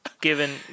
given